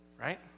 right